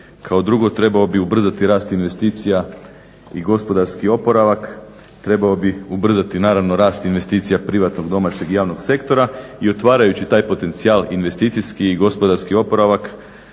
Kao drugo trebao bi ubrzati rast investicija i gospodarski oporavak, trebao bi ubrzati naravno rast investicija privatnog, domaćeg i javnog sektora. I otvarajući taj potencijal investicijski i gospodarski oporavak,